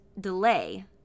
delay